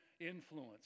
influence